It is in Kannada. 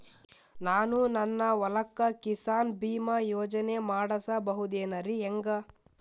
ನಾನು ನನ್ನ ಹೊಲಕ್ಕ ಕಿಸಾನ್ ಬೀಮಾ ಯೋಜನೆ ಮಾಡಸ ಬಹುದೇನರಿ ಹೆಂಗ?